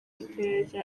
iperereza